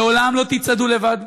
לעולם לא תצעדו לבד.